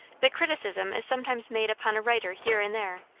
the criticism is sometimes made upon a writer here and there,